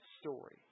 story